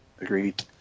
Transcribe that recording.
Agreed